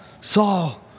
Saul